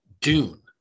Dune